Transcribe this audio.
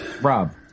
Rob